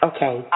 Okay